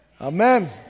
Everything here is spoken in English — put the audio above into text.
Amen